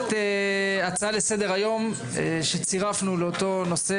הצעה לסדר היום שצירפנו לאותו נושא,